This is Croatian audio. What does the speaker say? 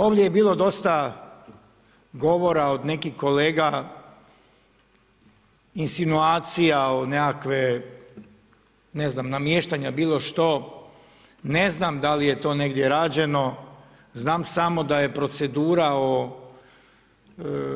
Ovdje je bilo dosta govora od nekih kolega, insinuacija o nekakve ne znam namještanja bilo što, ne znam da li je to negdje rađeno, znam samo da je procedura o